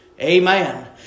Amen